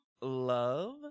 Love